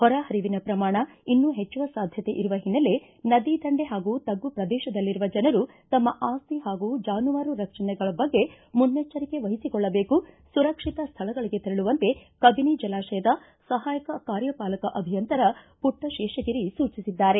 ಹೊರ ಹರಿವಿನ ಪ್ರಮಾಣ ಇನ್ನೂ ಹೆಚ್ಚುವ ಸಾಧ್ಯತೆ ಇರುವ ಹಿನ್ನೆಲೆ ನದಿ ದಂಡೆ ಹಾಗೂ ತಗ್ಗು ಪ್ರದೇಶದಲ್ಲಿರುವ ಜನರು ತಮ್ಮ ಆಸ್ತಿ ಹಾಗೂ ಜಾನುವಾರು ರಕ್ಷಣೆಗಳ ಬಗ್ಗೆ ಮುನ್ನೆಜ್ಜರಿಕೆ ವಹಿಸಿಕೊಳ್ಳಬೇಕು ಸುರಕ್ಷಿತ ಸ್ವಳಗಳಗೆ ತೆರಳುವಂತೆ ಕಬಿನಿ ಜಲಾಶಯದ ಸಹಾಯಕ ಕಾರ್ಯಪಾಲಕ ಅಭಿಯಂತರ ಪುಟ್ಟ ಶೇಷಗಿರಿ ಸೂಚಿಸಿದ್ದಾರೆ